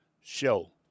show